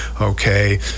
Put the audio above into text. okay